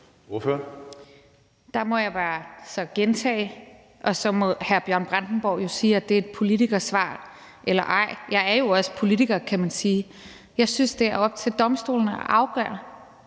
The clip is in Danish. Der må jeg gentage, og så må hr. Bjørn Brandenborg kalde det et politikersvar eller ej – jeg er jo også politiker, kan man sige – at jeg synes, det er op til domstolene at afgøre,